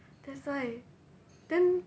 that's why then